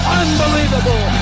unbelievable